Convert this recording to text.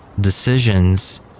decisions